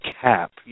cap